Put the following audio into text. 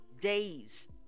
days